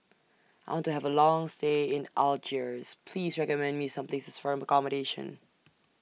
I want to Have A Long stay in Algiers Please recommend Me Some Places For accommodation